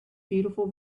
beautiful